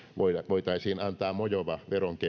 voitaisiin antaa mojova veronkevennys